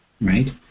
right